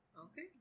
Okay